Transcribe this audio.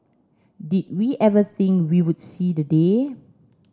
did we ever think we would see the day